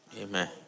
Amen